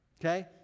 Okay